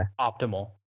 Optimal